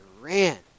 ran